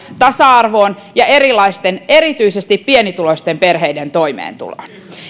tasa arvoon ja erilaisten erityisesti pienituloisten perheiden toimeentuloon